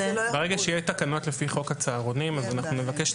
אז --- אם לא יהיה,